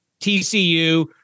TCU